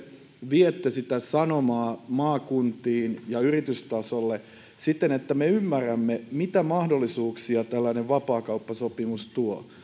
viette sitä sanomaa suomalaiselle elinkeinoelämälle ja suomalaisille yrityksille maakuntiin ja yritystasolle siten että me ymmärrämme mitä mahdollisuuksia tällainen vapaakauppasopimus tuo